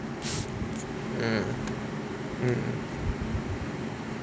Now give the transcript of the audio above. mm mm